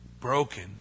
broken